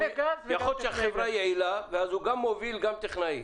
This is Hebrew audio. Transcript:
יכול להיות שהוא גם מוביל וגם טכנאי.